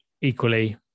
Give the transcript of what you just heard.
Equally